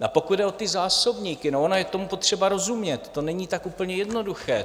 A pokud jde o ty zásobníky, ono je tomu potřeba rozumět, to není tak úplně jednoduché.